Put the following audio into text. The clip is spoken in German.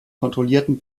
kontrollierten